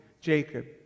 Jacob